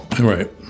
Right